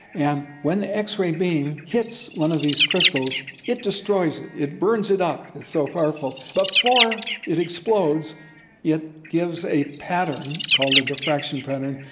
and when the x-ray beam hits one of these crystals it destroys it, it burns it up, it's so powerful. but before it explodes yeah it gives a pattern called a diffraction pattern,